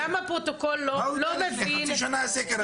מה הוא יודע לפני חצי שנה הסקר הזה?